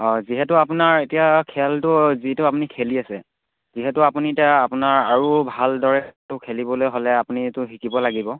হয় যিহেতু আপোনাৰ এতিয়া খেলটো যিটো আপুনি খেলি আছে যিহেতু আপুনি এতিয়া আপোনাৰ আৰু ভালদৰেটো খেলিবলৈ হ'লে আপুনিটো শিকিব লাগিব